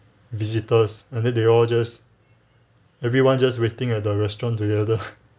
visitors and then they all just everyone just waiting at the restaurant together